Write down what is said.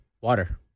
Water